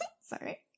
Sorry